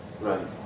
Right